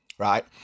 Right